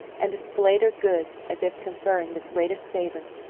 and displayed her goods, as if conferring the greatest favor.